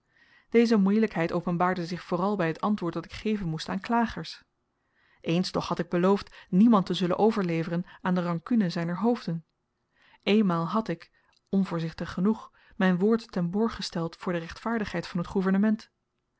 deze moeielykheid openbaarde zich vooral by t antwoord dat ik geven moest aan klagers eens toch had ik beloofd niemand te zullen overleveren aan de rankune zyner hoofden eenmaal had ik onvoorzichtig genoeg myn woord ten borg gesteld voor de rechtvaardigheid van t